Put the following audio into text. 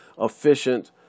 efficient